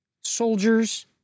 soldiers